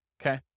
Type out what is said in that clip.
okay